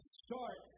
start